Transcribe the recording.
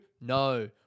no